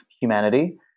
humanity